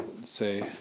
say